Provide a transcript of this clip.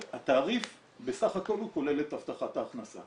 התעריף בסך הכל הוא כולל את הבטחת ההכנסה